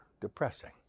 depressing